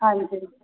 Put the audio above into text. ਹਾਂਜੀ